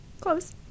Close